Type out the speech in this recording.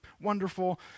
wonderful